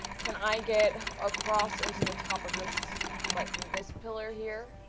can i get across and to the top of this like this pillar here?